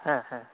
ᱦᱮᱸ ᱦᱮᱸ